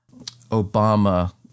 Obama